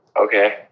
Okay